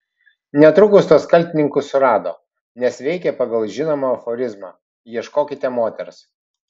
netrukus tuos kaltininkus surado nes veikė pagal žinomą aforizmą ieškokite moters